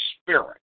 spirit